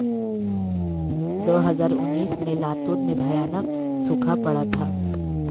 दो हज़ार उन्नीस में लातूर में भयानक सूखा पड़ा था